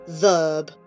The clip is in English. Verb